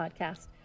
podcast